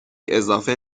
اضافه